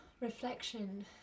reflection